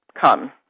come